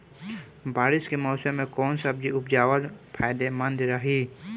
बारिश के मौषम मे कौन सब्जी उपजावल फायदेमंद रही?